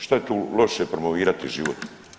Što je tu loše promovirati život?